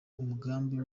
umugambi